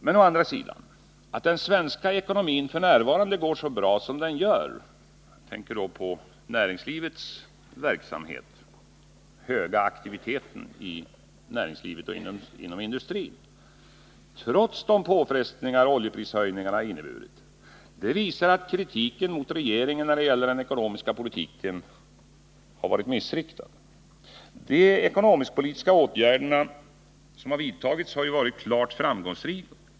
Men å andra sidan: Att den svenska ekonomin f. n. går så bra som den gör — jag tänker då på näringslivets verksamhet, den högre aktiviteten i näringslivet och inom industrin — trots de påfrestningar oljeprishöjningarna inneburit, visar att kritiken mot regeringen när det gäller den ekonomiska politiken varit missriktad. De ekonomisk-politiska åtgärder som har vidtagits har varit klart framgångsrika.